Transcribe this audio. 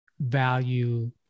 value